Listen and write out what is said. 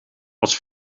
als